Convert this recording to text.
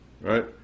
right